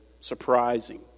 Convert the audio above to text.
surprising